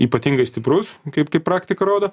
ypatingai stiprus kaip kaip praktika rodo